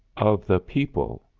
of the people,